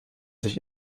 sich